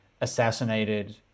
assassinated